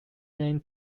them